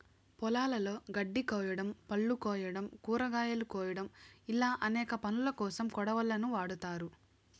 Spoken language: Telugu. పొలాలలో గడ్డి కోయడం, పళ్ళు కోయడం, కూరగాయలు కోయడం ఇలా అనేక పనులకోసం కొడవళ్ళను వాడ్తారు